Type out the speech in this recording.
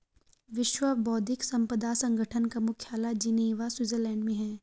विश्व बौद्धिक संपदा संगठन का मुख्यालय जिनेवा स्विट्जरलैंड में है